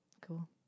Cool